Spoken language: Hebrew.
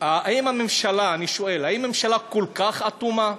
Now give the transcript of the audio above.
האם הממשלה, אני שואל, האם הממשלה כל כך אטומה?